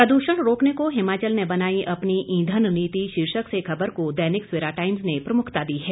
प्रदूषण रोकने को हिमाचल ने बनाई अपनी ईंधन नीति शीर्षक से खबर को दैनिक सवेरा टाइम्स ने प्रमुखता दी है